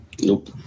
nope